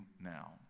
now